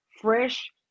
fresh